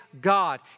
God